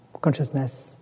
consciousness